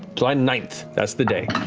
july ninth, that's the day,